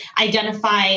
identify